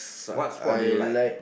what sport do you like